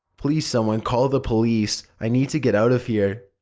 please someone call the police. i need to get out of here.